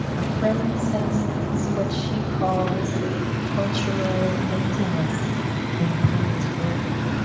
a friend senses what she calls cultural emptiness in a poet's work.